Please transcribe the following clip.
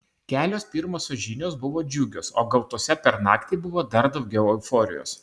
kelios pirmosios žinios buvo džiugios o gautose per naktį buvo dar daugiau euforijos